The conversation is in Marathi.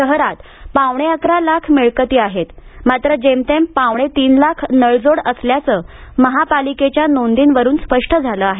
शहरात पावणे अकरा लाख मिळकती आहेत मात्र जेमतेम पावणे तीन लाख नळजोड असल्याचं महापालिकेच्या नोंदींवरून स्पष्ट झालं आहे